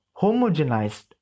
homogenized